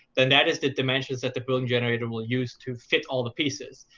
then that is the dimensions that the building generator will use to fit all the pieces.